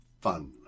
fun